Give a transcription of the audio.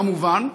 כמובן,